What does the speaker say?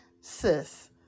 sis